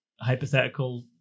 hypothetical